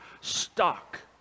stuck